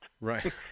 Right